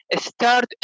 start